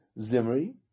Zimri